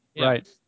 Right